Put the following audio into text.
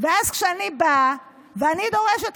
אז כשאני באה ואני דורשת,